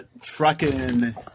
trucking